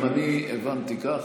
גם אני הבנתי כך,